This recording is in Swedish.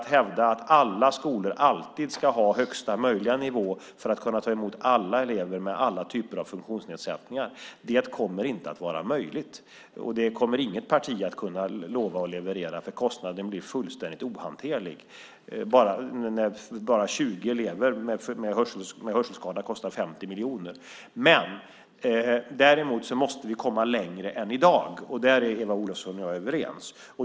Att hävda att alla skolor alltid ska ha högsta möjliga nivå för att kunna ta emot alla elever med alla typer av funktionsnedsättningar kommer inte att vara möjligt. Det kommer inget parti att kunna lova och leverera. Kostnaden blir fullständigt ohanterlig när enbart 20 elever med hörselskador kostar 50 miljoner. Däremot måste vi komma längre än i dag. Där är Eva Olofsson och jag överens.